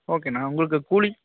ஓகேண்ணா உங்களுக்கு கூலி